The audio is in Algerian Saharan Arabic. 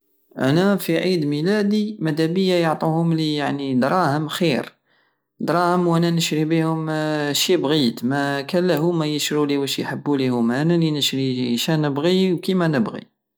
انا في عيد ميلادي مدابية يعطوهوملي يعني دراهم خير دراهم وانا نشري بيهم شي بغيت ماكالاه هوما يشرولي واش يحبو ليهم انا لي نشري شانبغي وكيما نبغي